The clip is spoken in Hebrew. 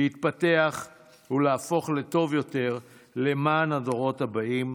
להתפתח ולהפוך לטוב יותר למען הדורות הבאים.